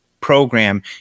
program